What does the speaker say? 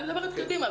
אני מדברת על קדימה.